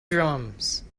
drums